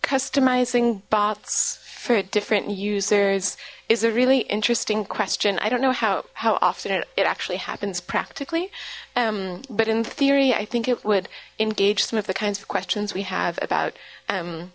customizing bots for different users is a really interesting question i don't know how how often it it actually happens practically um but in theory i think it would engage some of the kinds of questions we have about um